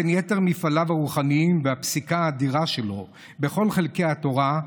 בין יתר מפעליו הרוחניים והפסיקה האדירה שלו בכל חלקי התורה,